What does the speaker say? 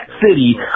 City